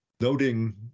noting